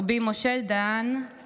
רבי משה דהאן,